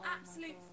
absolute